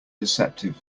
deceptive